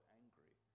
angry